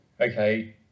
okay